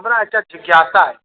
हमरा एकटा जिज्ञासा अछि